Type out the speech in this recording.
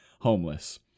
Homeless